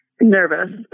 Nervous